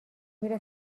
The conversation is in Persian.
میره